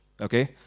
okay